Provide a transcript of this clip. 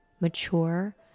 mature